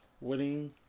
Winning